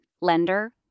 lender